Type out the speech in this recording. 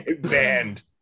Banned